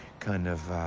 kind of,